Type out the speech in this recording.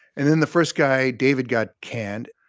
and then the first guy david got canned,